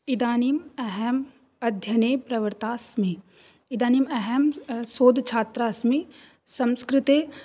इदानीम् अहम् अध्ययने प्रवृत्तास्मि इदानीम् अहं शोधच्छात्रास्मि संस्कृते